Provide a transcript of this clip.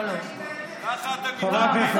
ככה אתם מתרפאים.